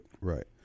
Right